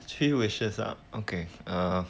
three wishes uh okay err